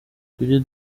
tujye